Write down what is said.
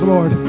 Lord